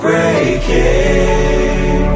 Breaking